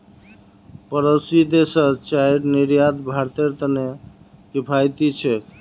पड़ोसी देशत चाईर निर्यात भारतेर त न किफायती छेक